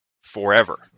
forever